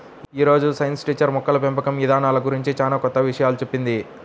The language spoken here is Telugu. యీ రోజు సైన్స్ టీచర్ మొక్కల పెంపకం ఇదానాల గురించి చానా కొత్త విషయాలు చెప్పింది